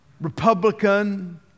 Republican